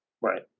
right